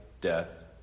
death